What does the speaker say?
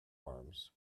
arms